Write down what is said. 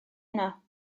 heno